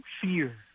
fear